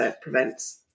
prevents